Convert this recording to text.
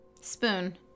Spoon